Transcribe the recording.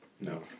No